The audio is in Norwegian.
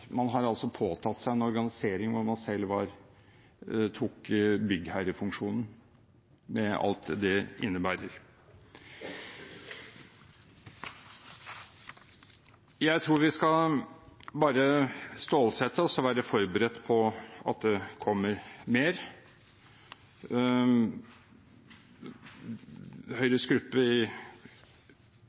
man har altså påtatt seg en organisering der man selv tok byggherrefunksjonen, med alt det innebærer. Jeg tror vi bare skal stålsette oss og være forberedt på at det kommer mer. Høyres gruppe i